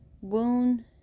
wound